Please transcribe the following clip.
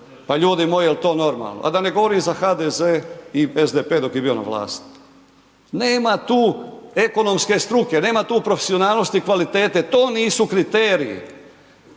Pa ljudi moji, je li to normalno? A da ne govorimo za HDZ i SDP dok je bio na vlasti. Nema tu ekonomske struke, nema tu profesionalnosti i kvalitete, to nisu kriteriji.